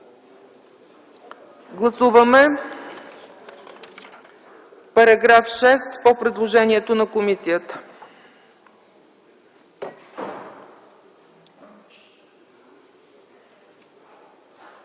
Гласуваме § 6 по предложението на комисията.